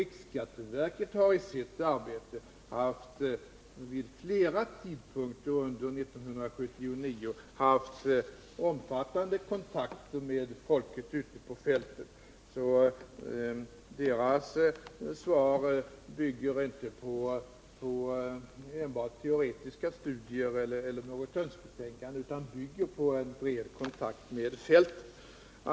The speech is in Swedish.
Riksskatteverket har i sitt arbete vid flera tidpunkter under 1979 haft omfattande kontakter med folket ute på fältet. Så riksskatteverkets svar bygger inte på enbart teoretiska studier eller något önsketänkande utan på en bred kontakt med fältet.